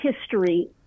history